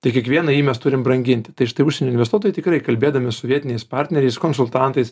tai kiekvieną jį mes turim branginti tai štai užsienio investuotojai tikrai kalbėdami su vietiniais partneriais konsultantais